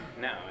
no